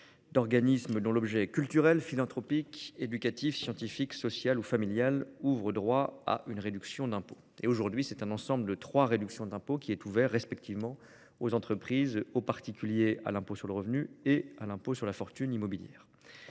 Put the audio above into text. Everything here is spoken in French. d'organismes dont l'objet est culturel, philanthropique, éducatif, scientifique, social ou familial ouvrent droit à une réduction d'impôt. Aujourd'hui, un ensemble de trois réductions d'impôt est ouvert aux entreprises et aux particuliers au titre de l'impôt sur le revenu et de l'impôt sur la fortune immobilière.